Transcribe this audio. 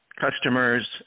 customers